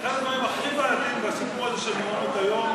אחד הדברים הכי בעייתיים בסיפור הזה של מעונות-היום